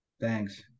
Thanks